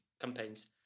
campaigns